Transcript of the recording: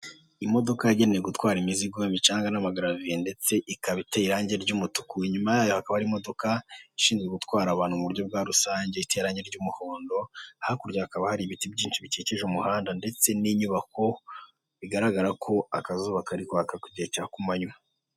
Imodoka yagenewe gutwara imizigo y'imicanga n'amagararaviye ndetse ikaba iteye irangi ry'umutuku nyumayo hakaba ari imodoka ishinzwe gutwara abantu mu buryo bwa rusange iteranye ry'umuhondo hakurya hakaba hari ibiti byinshi bikije umuhanda ndetse n'inyubako bigaragara ko akazuba kari kwaka igihe cya kumananywa.